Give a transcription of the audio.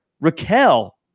Raquel